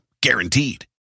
guaranteed